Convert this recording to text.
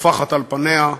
טופחת על פניה,